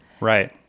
Right